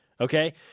Okay